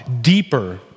deeper